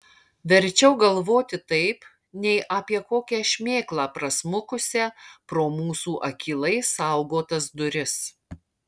verčiau galvoti taip nei apie kokią šmėklą prasmukusią pro mūsų akylai saugotas duris